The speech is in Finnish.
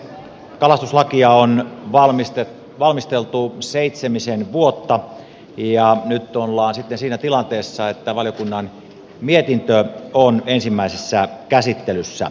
kalastuslakia on valmisteltu seitsemisen vuotta ja nyt ollaan sitten siinä tilanteessa että valiokunnan mietintö on ensimmäisessä käsittelyssä